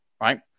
right